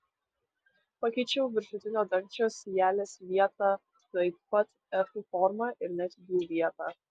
pakeičiau viršutinio dangčio sijelės vietą taip pat efų formą ir net jų vietą